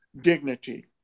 dignity